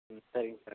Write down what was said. ம் சரிங்க சார்